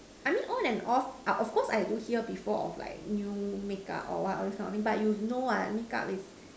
I mean all and off of course I do see her before of like new makeup or what all these kind of thing but you know what makeup is